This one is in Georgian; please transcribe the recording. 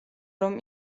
რომ